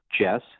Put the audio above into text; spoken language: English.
Jess